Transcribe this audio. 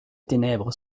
ténèbres